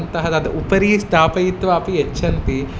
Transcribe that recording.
अन्तः तद् उपरि स्थापयित्वा अपि यच्छन्ति